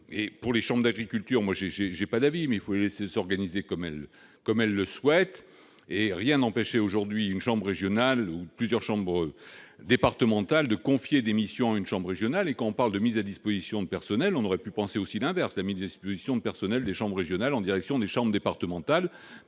et pour les chambres d'agriculture, moi j'ai j'ai j'ai pas d'avis, mais il faut laisser s'organiser comme elle comme elle le souhaite, et rien n'empêche aujourd'hui une chambre régionale où plusieurs chambres départementales de confier des missions une chambre régionale et qu'on parle de mise à disposition de personnel, on aurait pu penser aussi l'inverse disposition de personnels des chambres régionales en direction des chambres départementales